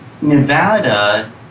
Nevada